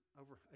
over